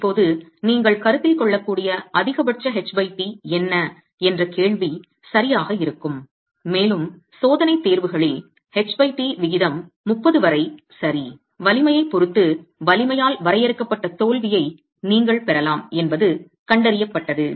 இப்போது நீங்கள் கருத்தில் கொள்ளக்கூடிய அதிகபட்ச ht என்ன என்ற கேள்வி சரியாக இருக்கும் மேலும் சோதனை தேர்வுகளில் ht விகிதம் 30 வரை சரி வலிமையைப் பொறுத்து வலிமையால் வரையறுக்கப்பட்ட தோல்வியை நீங்கள் பெறலாம் என்பது கண்டறியப்பட்டது